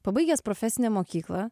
pabaigęs profesinę mokyklą